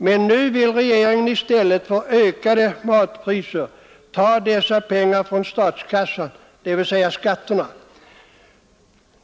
Men nu vill regeringen i stället för ökade matpriser ta dessa pengar från statskassan dvs. från skatterna.